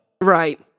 Right